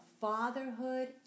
Fatherhood